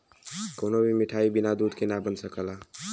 कवनो भी मिठाई बिना दूध के ना बन सकला